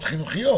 חינוכיות.